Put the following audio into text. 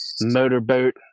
Motorboat